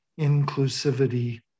inclusivity